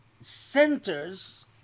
centers